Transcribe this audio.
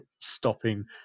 stopping